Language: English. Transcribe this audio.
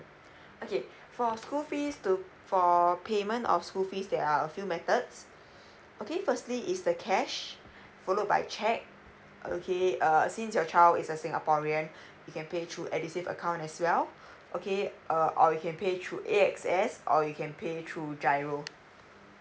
okay for school fees to for payment of school fees there are a few methods okay firstly is the cash followed by cheque okay err since your child is a singaporean you can pay through edu save account as well okay uh or you can pay through A S X or you can pay through giro